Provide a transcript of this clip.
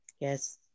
Yes